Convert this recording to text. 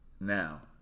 Now